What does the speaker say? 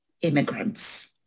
immigrants